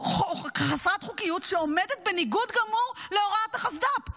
חוקיות שעומדת בניגוד גמור להוראת החסד"פ.